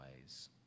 ways